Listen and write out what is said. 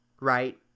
right